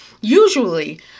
Usually